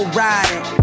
riding